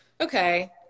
okay